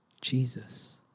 Jesus